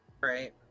Right